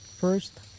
first